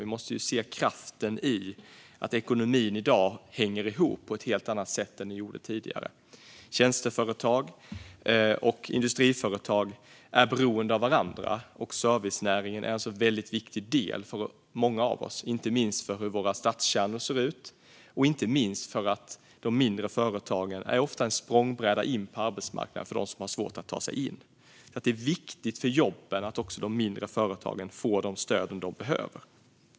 Vi måste se kraften i att ekonomin i dag hänger ihop på ett helt annat sätt än den gjorde tidigare. Tjänsteföretag och industriföretag är beroende av varandra, och servicenäringen är alltså en väldigt viktig del inte minst när det gäller hur våra stadskärnor ser ut. Inte minst är de mindre företagen också ofta en språngbräda in på arbetsmarknaden för dem som har svårt att ta sig in. Det är alltså viktigt för jobben att även de mindre företagen får de stöd de behöver.